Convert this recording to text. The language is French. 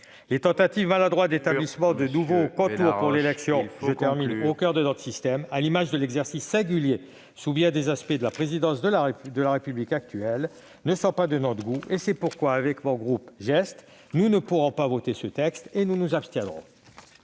Les tentatives maladroites d'établissement de nouveaux contours pour l'élection au coeur de notre système, à l'image de l'exercice singulier, sous bien des aspects, de la présidence de la République actuelle, ne sont pas de notre goût. C'est pourquoi le groupe GEST ne pourra pas voter ce texte : il abstiendra.